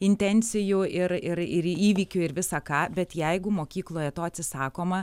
intencijų ir ir ir įvykių ir visa ką bet jeigu mokykloje to atsisakoma